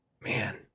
man